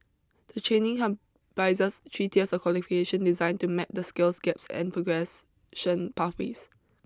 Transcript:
the training comprises three tiers of qualification designed to map the skills gaps and progression pathways